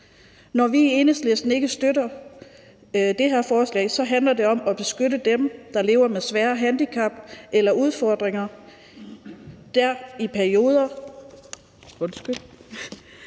Når vi i Enhedslisten ikke støtter det her forslag, handler det om at beskytte dem, der lever med svære handicap eller udfordringer, og som i perioder